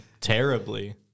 terribly